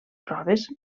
proves